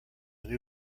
new